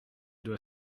doit